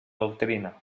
doctrina